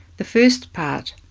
the first part,